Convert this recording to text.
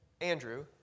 Andrew